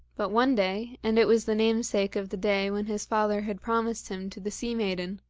but one day, and it was the namesake of the day when his father had promised him to the sea-maiden,